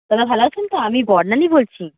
ভালো আছেন তো আমি বর্ণালী বলছি